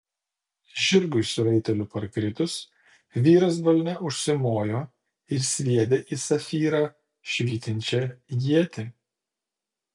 žirgui su raiteliu parkritus vyras balne užsimojo ir sviedė į safyrą švytinčią ietį